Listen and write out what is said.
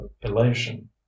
elation